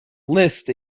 list